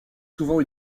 souvent